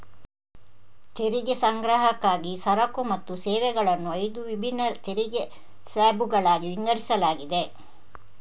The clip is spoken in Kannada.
ತೆರಿಗೆ ಸಂಗ್ರಹಕ್ಕಾಗಿ ಸರಕು ಮತ್ತು ಸೇವೆಗಳನ್ನು ಐದು ವಿಭಿನ್ನ ತೆರಿಗೆ ಸ್ಲ್ಯಾಬುಗಳಾಗಿ ವಿಂಗಡಿಸಲಾಗಿದೆ